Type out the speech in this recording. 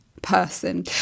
person